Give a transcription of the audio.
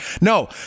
No